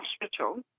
Hospital